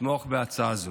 לתמוך בהצעה זאת.